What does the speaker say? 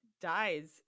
dies